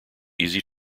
easy